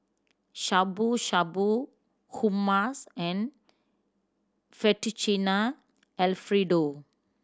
Shabu Shabu Hummus and Fettuccine Alfredo